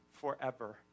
forever